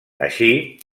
així